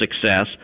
success